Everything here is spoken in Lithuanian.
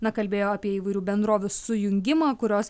na kalbėjo apie įvairių bendrovių sujungimą kurios